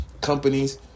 companies